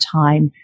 time